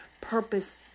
purpose